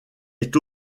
est